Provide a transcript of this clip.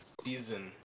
season